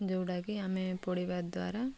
ଯେଉଁଟାକି ଆମେ ପଢ଼ିବା ଦ୍ୱାରା